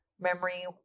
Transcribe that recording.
memory